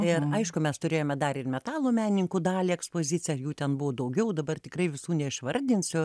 ir aišku mes turėjome dar ir metalo meninkų dalį ekspoziciją ir jų ten buvo daugiau dabar tikrai visų neišvardinsiu